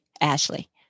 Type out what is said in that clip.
Ashley